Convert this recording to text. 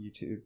YouTube